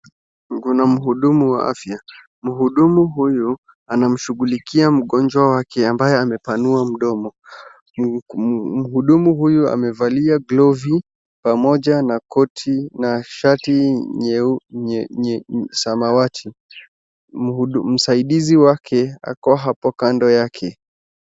Kuna mhudumu wa afya, mhudumu huyu, anamshughulikia mgonjwa wake ambaye amepanua mdomo, mhudumu huyu amevalia glove pamoja na koti na shati nyeu, samawati, msaidizi wake ako hapo kando yake.